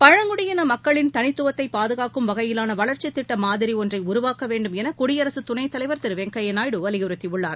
பழங்குடியின மக்களின் தனித்துவத்தை பாதுகாக்கும் வகையிவான வளர்ச்சித் திட்ட மாதிரி ஒன்றை உருவாக்க வேண்டும் என குடியரசு துணைத் தலைவர் திரு வெங்கய்ய நாயுடு வலியுறுத்தியுள்ளார்